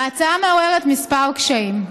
ההצעה מעוררת כמה קשיים.